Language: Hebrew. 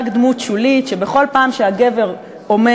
והיא רק דמות שולית שבכל פעם שהגבר אומר